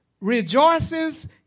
rejoices